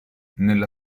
nella